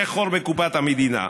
זה חור בקופת המדינה.